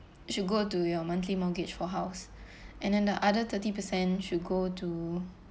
should go to your monthly mortgage for house and then the other thirty percent should go to